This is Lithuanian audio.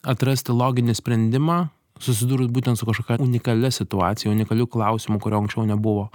atrasti loginį sprendimą susidūrus būtent su kažkokia unikalia situacija unikaliu klausimu kurio anksčiau nebuvo